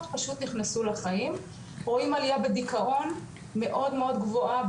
פשוט נכנסו לחיים רואים עלייה בדיכאון מאוד מאוד גבוהה,